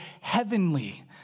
heavenly